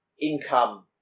income